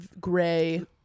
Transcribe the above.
gray